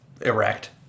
erect